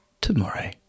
tomorrow